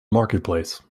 marketplace